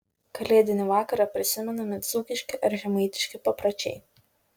kalėdinį vakarą prisimenami dzūkiški ar žemaitiški papročiai